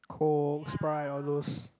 Coke Sprite all those